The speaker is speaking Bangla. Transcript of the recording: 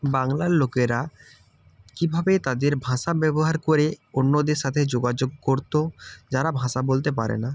বাংলার লোকেরা কীভাবে তাদের ভাষা ব্যবহার করে অন্যদের সাথে যোগাযোগ করতো যারা ভাষা বলতে পারে না